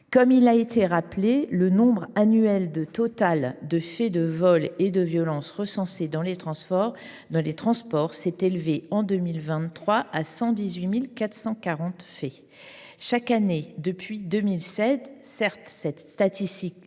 Comme il a été rappelé, le nombre annuel total de faits de vol et de violence recensés dans les transports s’est élevé à 118 440 en 2023. Chaque année, depuis 2016, cette statistique